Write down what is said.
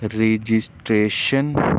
registration